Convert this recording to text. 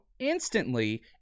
instantly